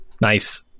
nice